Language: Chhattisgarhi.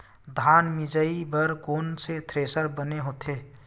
धान मिंजई बर कोन से थ्रेसर बने होथे?